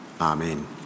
amen